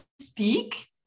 speak